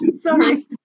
Sorry